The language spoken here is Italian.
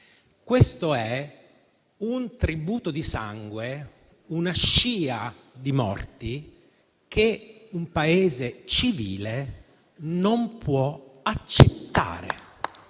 Questo è un tributo di sangue, una scia di morti che un Paese civile non può accettare.